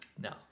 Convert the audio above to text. no